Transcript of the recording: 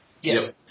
Yes